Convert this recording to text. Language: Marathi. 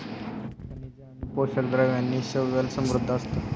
खनिजे आणि पोषक द्रव्यांनी शैवाल समृद्ध असतं